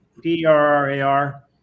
P-R-R-A-R